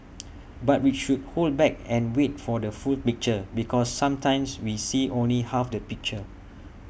but we should hold back and wait for the full picture because sometimes we see only half the picture